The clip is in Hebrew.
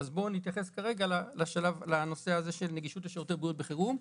נתייחס כרגע לנושא הזה של נגישות לשירותי בריאות בחירום,